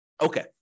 Okay